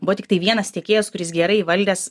buvo tiktai vienas tiekėjas kuris gerai įvaldęs